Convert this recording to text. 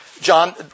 John